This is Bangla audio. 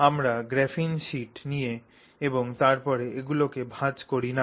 আমরা গ্রাফিন শীট নিয়ে এবং তারপরে এগুলিকে ভাঁজ করি না